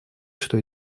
что